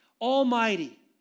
almighty